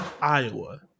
Iowa –